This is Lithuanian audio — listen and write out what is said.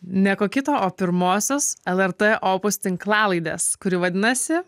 ne ko kito o pirmosios lrt opus tinklalaidės kuri vadinasi